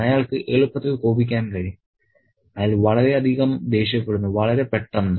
അയാൾക്ക് എളുപ്പത്തിൽ കോപിക്കാൻ കഴിയും അയാൾ വളരെയധികം ദേഷ്യപ്പെടുന്നു വളരെ പെട്ടെന്ന്